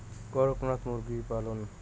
করকনাথ মুরগি পালন?